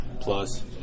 plus